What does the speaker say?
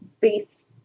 base